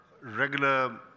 regular